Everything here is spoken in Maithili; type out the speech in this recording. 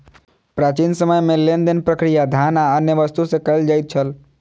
प्राचीन समय में लेन देन प्रक्रिया धान आ अन्य वस्तु से कयल जाइत छल